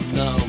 no